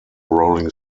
rolling